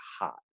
hot